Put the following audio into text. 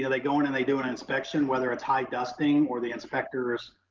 yeah they go in and they do an inspection, whether it's high dusting, or the inspectors,